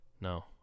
No